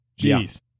Jeez